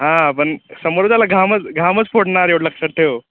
हां पण समोरच्याला घामच घामच फोडणार एवढं लक्षात ठेव